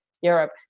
europe